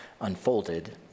unfolded